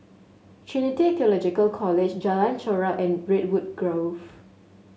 Trinity Theological College Jalan Chorak and Redwood Grove